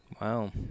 wow